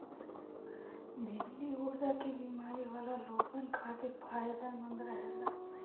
भिन्डी गुर्दा के बेमारी वाला लोगन खातिर फायदमंद रहेला